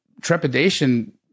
trepidation